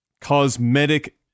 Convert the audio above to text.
cosmetic